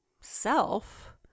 self